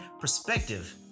perspective